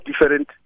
different